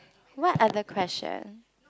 what other question